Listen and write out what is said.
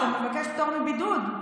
אתה מבקש פטור מבידוד.